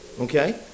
okay